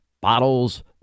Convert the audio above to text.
bottles